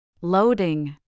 Loading